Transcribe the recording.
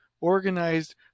organized